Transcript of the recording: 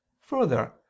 further